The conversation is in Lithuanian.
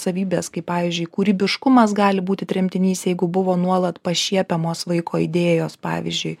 savybės kaip pavyzdžiui kūrybiškumas gali būti tremtinys jeigu buvo nuolat pašiepiamos vaiko idėjos pavyzdžiui